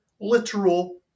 literal